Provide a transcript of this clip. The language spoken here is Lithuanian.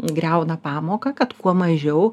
griauna pamoką kad kuo mažiau